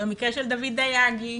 במקרה של דוד דיאג'י